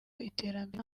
iterambere